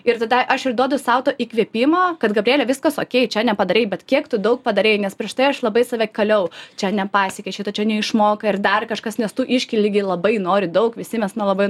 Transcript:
ir tada aš užduodu sau to įkvėpimo kad gabriele viskas okei čia nepadarei bet kiek tu daug padarei nes prieš tai aš labai save kaliau čia nepasiekei šito čia neišmokai ar dar kažkas nes tu iškeli lyg labai nori daug visi mes na labai